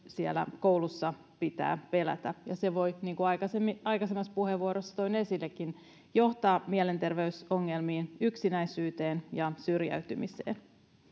siellä koulussa pitää pelätä ja se voi niin kuin aikaisemmassa puheenvuorossa toin esillekin johtaa mielenterveysongelmiin yksinäisyyteen ja syrjäytymiseen